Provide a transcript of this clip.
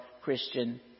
Christian